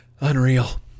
Unreal